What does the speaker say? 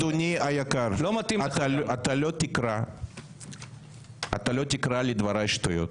אדוני היקר, אתה לא תקרא לדבריי שטויות.